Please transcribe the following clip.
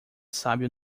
sábio